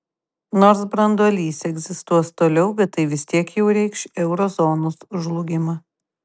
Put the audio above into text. nors branduolys egzistuos toliau bet tai vis tiek jau reikš euro zonos žlugimą